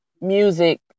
music